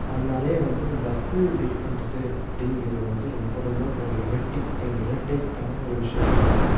அதனாலையே வந்து இந்த பஸ்ஸு வெயிட் பண்றது அப்படிங்கிறது வந்து ரொம்ப ரொம்ப ஒரு இரட்டிக்டிங் இரட்டேட்டான ஒரு விஷயம் அது